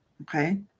Okay